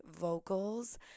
vocals